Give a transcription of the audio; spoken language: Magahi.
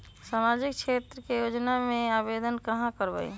सामाजिक क्षेत्र के योजना में आवेदन कहाँ करवे?